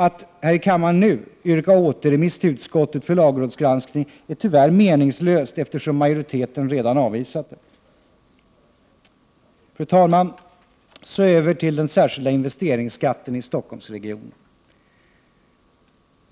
Att här i kammaren nu yrka på återremiss till utskottet för lagrådsgranskning är tyvärr meningslöst, eftersom majoriteten redan avvisat detta. Fru talman! Jag vill även ta upp den särskilda investeringsskatten i Stockholmsregionen.